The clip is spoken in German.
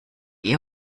ihr